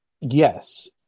Yes